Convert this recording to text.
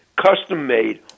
custom-made